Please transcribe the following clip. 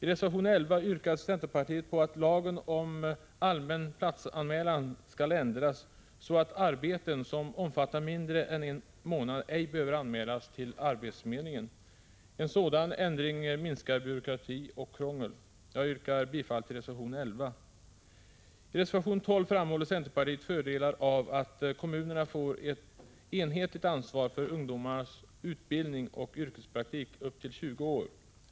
I reservation 11 yrkar centerpartiet på att lagen om allmän platsanmälan skall ändras så att arbeten som omfattar mindre än en månad ej behöver anmälas till arbetsförmedlingen. En sådan ändring minskar byråkrati och krångel. Jag yrkar bifall till reservation 11. I reservation 12 framhåller centerpartiet fördelarna av att kommunerna får ett enhetligt ansvar för ungdomarnas utbildning och yrkespraktik upp till 20 år.